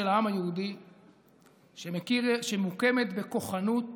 של העם היהודי שמוקמת בכוחנות